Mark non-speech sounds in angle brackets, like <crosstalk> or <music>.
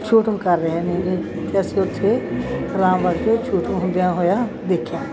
shooting ਕਰ ਰਹੇ ਨੇਗੇ ਅਤੇ ਅਸੀਂ ਉੱਥੇ <unintelligible> ਸ਼ੂਟਿੰਗ ਹੁੰਦਿਆਂ ਹੋਇਆ ਦੇਖਿਆ